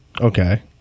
Okay